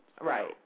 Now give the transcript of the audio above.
Right